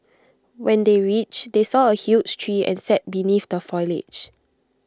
when they reached they saw A huge tree and sat beneath the foliage